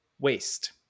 waste